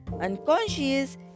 unconscious